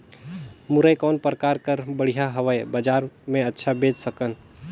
मुरई कौन प्रकार कर बढ़िया हवय? बजार मे अच्छा बेच सकन